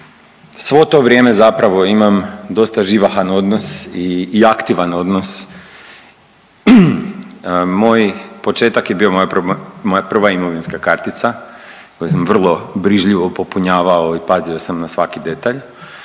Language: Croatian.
svo to vrijeme zapravo imam dosta živahan odnos i aktivan odnos. Moj početak je bio moja prva imovinska kartica, koju sam vrlo brižljivo popunjavao i pazio sam na svaki detalj